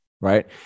right